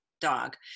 dog